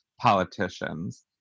politicians